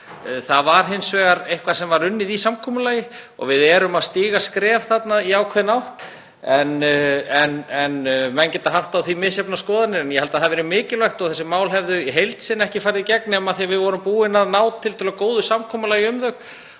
Það var hins vegar eitthvað sem var unnið í samkomulagi. Við erum að stíga skref í ákveðna átt en menn geta haft á því misjafnar skoðanir. En ég held að það hafi verið mikilvægt og að þessi mál hefðu í heild sinni ekki farið í gegn nema af því að við vorum búin að ná tiltölulega góðu samkomulagi um þau.